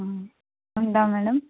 ఉంటా మేడం